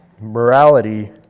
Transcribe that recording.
morality